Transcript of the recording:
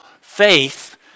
faith